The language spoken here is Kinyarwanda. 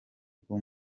rwo